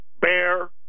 bear